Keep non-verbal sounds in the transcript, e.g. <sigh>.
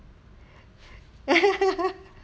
<laughs>